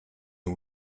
who